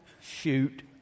shoot